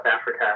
Africa